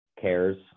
cares